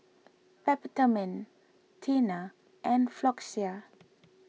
Peptamen Tena and Floxia